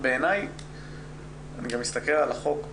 אווה, אבל בעיני, ואני גם מסתכל על החוק,